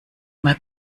mal